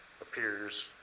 appears